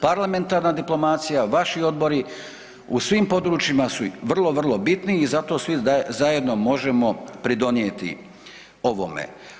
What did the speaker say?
Parlamentarna diplomacija, vaši odbori u svim područjima su vrlo, vrlo bitni i zato svi zajedno možemo pridonijeti ovome.